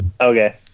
okay